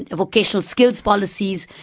and vocational skills policies,